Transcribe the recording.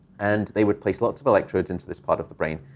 and they would place lots of electrodes into this part of the brain.